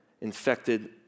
infected